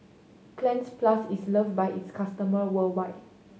Cleanz Plus is loved by its customer worldwide